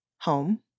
home